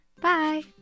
Bye